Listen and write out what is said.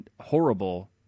horrible